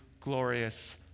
glorious